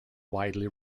widely